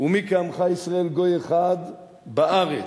בלב אחד.